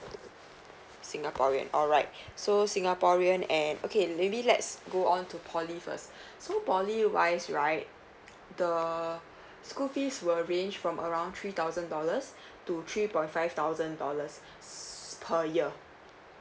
singaporean alright so singaporean and okay maybe let's go on to poly first so poly wise right the school fees will range from around three thousand dollars to three point five thousand dollars per year